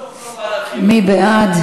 מי בעד?